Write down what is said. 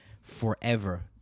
Forever